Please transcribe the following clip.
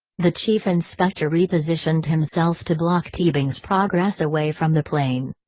the chief inspector repositioned himself to block teabing's progress away from the plane.